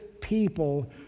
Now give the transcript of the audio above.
people